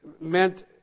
meant